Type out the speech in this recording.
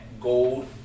gold